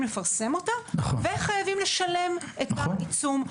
לפרסם אותה וחייבים לשלם את העיצום.